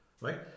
right